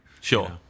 sure